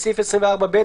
בסעיף 24ב,